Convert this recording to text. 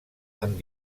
amb